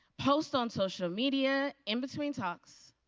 post on social media in between talks,